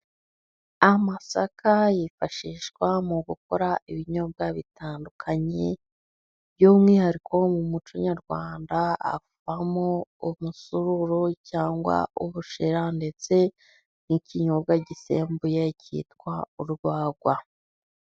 Amasaka yifashishwa mu gukora ibinyobwa bitandukanye, by'umwihariko mu mucyo nyarwanda avamo umusururu cyangwa ubushera, ndetse n'ikinyobwa gisembuye cyitwa urwagwa.